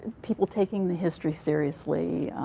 people taking the history seriously,